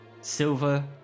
Silver